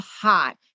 hot